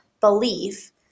belief